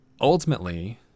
ultimately